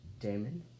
Damon